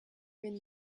wenn